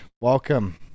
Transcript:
welcome